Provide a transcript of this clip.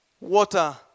water